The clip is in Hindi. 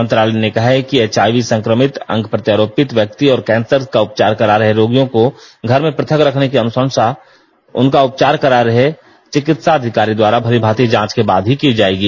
मंत्रालय ने कहा है कि एचआईवी संक्रमित अंग प्रत्योरोपित व्यक्ति और केंसर का उपचार करा रहे रोगियों को घर में पृथक रखने की अनुशंसा उनका उपचार करा रहे चिकित्सा अधिकारी द्वारा भलीभांति जांच के बाद ही की जाएगी